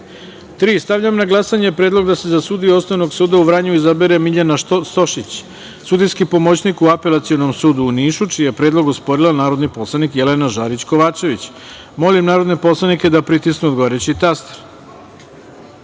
Stavljam na glasanje predlog da se za sudiju Osnovnog suda u Vranju izabere Miljana Stošić, sudijski pomoćnik u Apelacionom sudu u Nišu, čiji je predlog osporila narodni poslanik Jelena Žarić Kovačević. Molim narodne poslanike da pritisnu odgovarajući